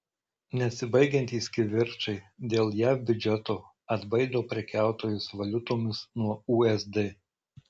nesibaigiantys kivirčai dėl jav biudžeto atbaido prekiautojus valiutomis nuo usd